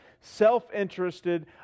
self-interested